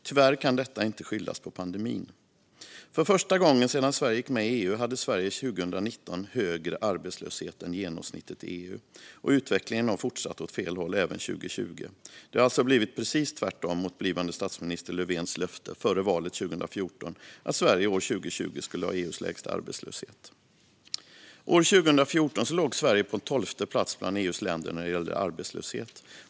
Tyvärr kan detta inte skyllas på pandemin. För första gången sedan Sverige gick med i EU hade Sverige 2019 högre arbetslöshet än genomsnittet i EU, och utvecklingen har fortsatt åt fel håll även 2020. Det har alltså blivit precis tvärtom mot blivande statsminister Löfvens löfte före valet 2014, att Sverige år 2020 skulle ha EU:s lägsta arbetslöshet. År 2014 låg Sverige på 12:e plats bland EU:s länder när det gällde låg arbetslöshet.